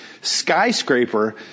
skyscraper